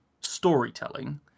storytelling